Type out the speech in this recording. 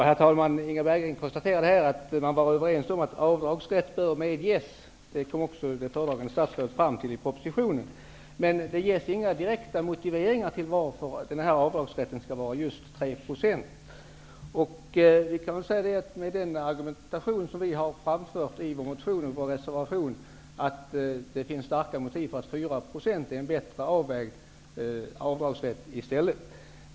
Herr talman! Inga Berggren konstaterade här att man var överens i utskottet om att avdragsrätt bör medges. Det kom också det föredragande statsrådet fram till i propositionen. Men det ges inga direkta motiveringar till varför den här avdragsrätten skall vara just 3 %. Vi har i vår motion och reservation framfört att det finns starka motiv som talar för att 4 % är en bättre avdragsrätt.